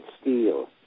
steel